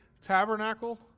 tabernacle